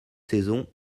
saisons